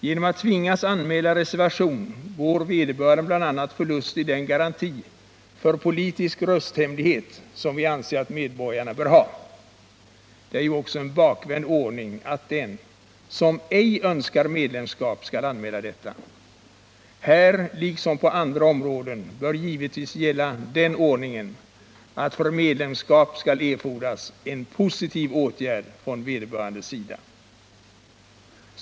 Genom att tvingas anmäla reservation går vederbörande bl.a. förlustig den garanti för politisk rösthemlighet som vi anser att medborgarna bör ha. Det är ju också en bakvänd ordning, att den som ej önskar medlemskap skall anmäla detta. Här liksom på andra områden bör givetvis gälla den ordningen, att för medlemskap skall erfordras en positiv åtgärd från vederbörandes sida.